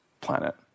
planet